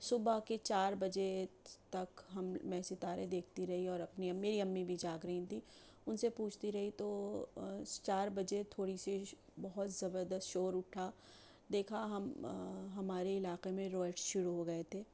صُبح کے چار بجے تک ہم میں ستارے دیکھتی رہی اور اپنی امی میری امی بھی جاگ رہی تھیں اُن سے پوچھتی رہی تو چار بجے تھوڑی سی بہت زبردست شور اُٹھا دیکھا ہم ہمارے علاقے میں رائٹس شروع ہو گئے تھے